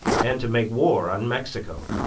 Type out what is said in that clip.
and to make war on mexico,